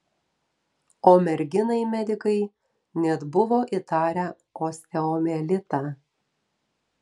o merginai medikai net buvo įtarę osteomielitą